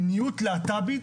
שמיניות להט"בית